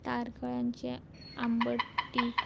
तारखळांचे आंबटीक